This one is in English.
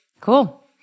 Cool